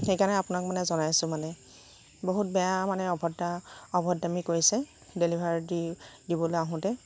সেইকাৰণে আপোনাক মানে জনাইছোঁ মানে বহুত বেয়া মানে অভদ্ৰা অভদ্ৰামি কৰিছে ডেলিভাৰী দি দিবলৈ আহোঁতে